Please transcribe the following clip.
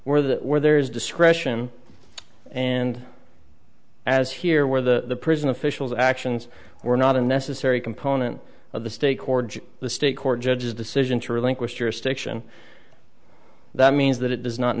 where the where there is discretion and as here where the prison officials actions were not a necessary component of the state court the state court judge's decision to relinquish jurisdiction that means that it does not